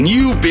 New